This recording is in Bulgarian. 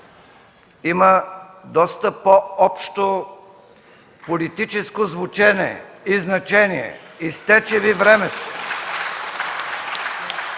има доста по-общо политическо звучене и значение – изтече Ви времето!